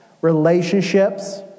relationships